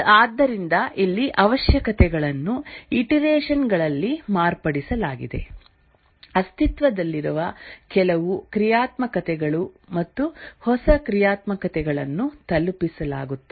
ಆದ್ದರಿಂದ ಇಲ್ಲಿ ಅವಶ್ಯಕತೆಗಳನ್ನು ಇಟರೆಷನ್ ಗಳಲ್ಲಿ ಮಾರ್ಪಡಿಸಲಾಗಿದೆ ಅಸ್ತಿತ್ವದಲ್ಲಿರುವ ಕೆಲವು ಕ್ರಿಯಾತ್ಮಕತೆಗಳು ಮತ್ತು ಹೊಸ ಕ್ರಿಯಾತ್ಮಕತೆಗಳನ್ನು ತಲುಪಿಸಲಾಗುತ್ತದೆ